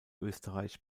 österreich